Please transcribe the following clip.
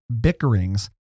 bickerings